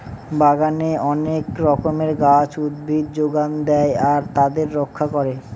বাগানে অনেক রকমের গাছ, উদ্ভিদ যোগান দেয় আর তাদের রক্ষা করে